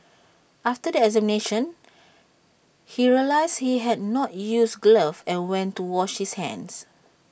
after the examination he realised he had not used gloves and went to wash his hands